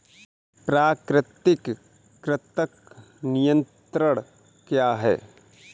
प्राकृतिक कृंतक नियंत्रण क्या है?